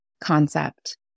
concept